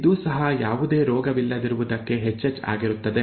ಇದೂ ಸಹ ಯಾವುದೇ ರೋಗವಿಲ್ಲದಿರುವುದಕ್ಕೆ hh ಆಗಿರುತ್ತದೆ